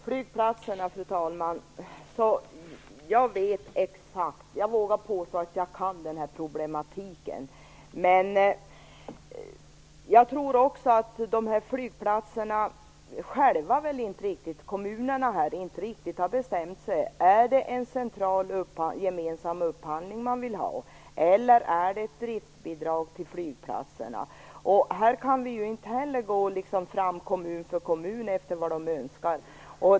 Fru talman! Jag vågar påstå att jag kan problematiken kring flygplatserna, men jag tror också att kommunerna inte riktigt har bestämt sig för om man vill ha en central gemensam upphandling eller ett driftbidrag till flygplatserna. På den punkten kan vi inte gå fram kommun för kommun efter vad de önskar.